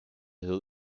hill